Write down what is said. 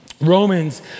Romans